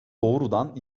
doğrudan